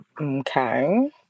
Okay